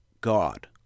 God